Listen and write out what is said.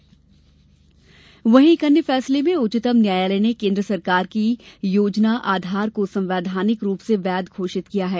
उच्चतम न्यायालय आधार वहीं एक अन्य फैसले में उच्चतम न्यायालय ने केन्द्र सरकार की योजना आधार को संवैधानिक रूप से वैध घोषित किया है